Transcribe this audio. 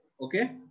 Okay